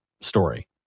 story